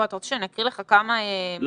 אתה רוצה שאני אקריא לך כמה מקרים כאלה יש?